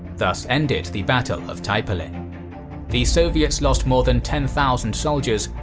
thus, ended the battle of taipale. and the soviets lost more than ten thousand soldiers,